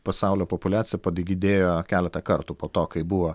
pasaulio populiacija padidėjo keletą kartų po to kai buvo